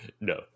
No